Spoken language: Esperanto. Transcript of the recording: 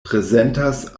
prezentas